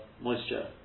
moisture